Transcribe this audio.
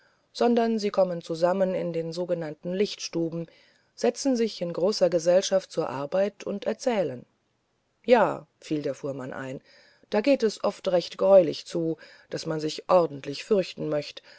sondern sie kommen zusammen in den sogenannten lichtstuben setzen sich in großer gesellschaft zur arbeit und erzählen ja fiel der fuhrmann ein da geht es oft recht greulich zu daß man sich ordentlich fürchten möchte